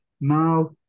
Now